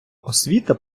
освіта